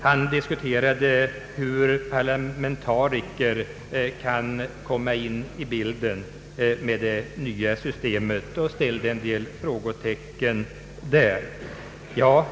Han diskuterade frågan hur parlamentariker kunde komma in i bilden med det nya systemet och ställde en del frågor i detta sammanhang.